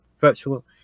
virtual